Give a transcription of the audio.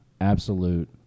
absolute